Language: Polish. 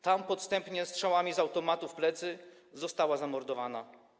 Tam podstępnie, strzałami z automatu w plecy, została zamordowana.